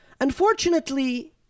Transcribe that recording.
Unfortunately